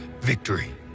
victory